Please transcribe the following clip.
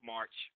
March